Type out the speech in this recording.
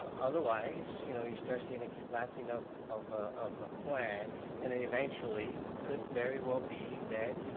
um otherwise you know you start seeing a collapsing of of the of the plan and then eventually, could very well be that,